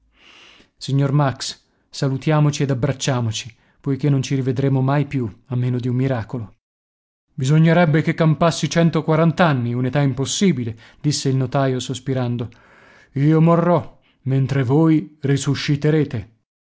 signor max salutiamoci ed abbracciamoci poiché non ci rivedremo mai più a meno di un miracolo bisognerebbe che campassi centoquarant'anni una età impossibile disse il notaio sospirando io morrò mentre